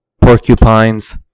porcupines